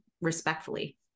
respectfully